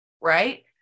right